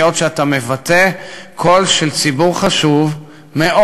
היות שאתה מבטא קול של ציבור חשוב מאוד,